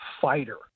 fighter